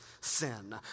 sin